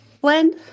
blend